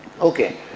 Okay